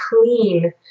clean